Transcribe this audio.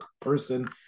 person